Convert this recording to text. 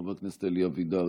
חבר הכנסת אלי אבידר,